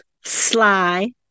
sly